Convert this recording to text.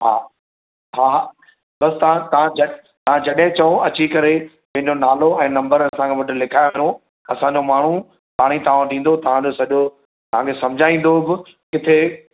हा हा बसि तां तां जॾीं तां जॾैं चओ अची करे पैंजो नालो ऐं नम्बर असां वटि लिखाए वञो असांजो माण्हू पाण ई तां वटि ईंदो तां जो सॼो तां खे सम्झाईंदो बि किथे